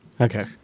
Okay